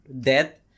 death